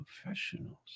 Professionals